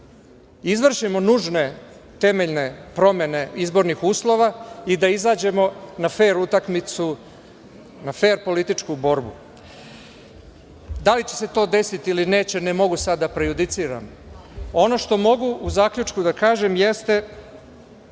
izvršimo nužne i temeljne promene izbornih uslova i da izađemo na fer utakmicu, na fer političku borbu. Da li će se to desiti ili neće, ne mogu sada da prejudiciram. Ono što mogu u zaključku da kažem, jeste,